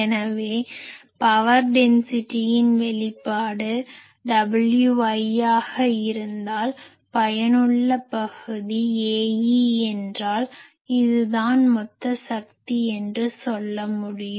எனவே பவர் டென்சிட்டியின் வெளிப்பாடு Wi ஆக இருந்தால் பயனுள்ள பகுதி Ae என்றால் இது தான் மொத்த சக்தி என்று சொல்ல முடியும்